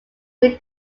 had